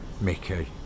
Mickey